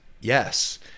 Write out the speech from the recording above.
Yes